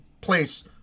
place